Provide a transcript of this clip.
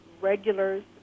regulars